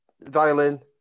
Violin